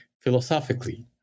philosophically